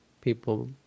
people